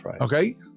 Okay